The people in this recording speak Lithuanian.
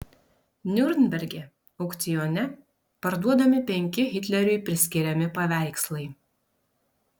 niurnberge aukcione parduodami penki hitleriui priskiriami paveikslai